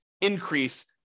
increase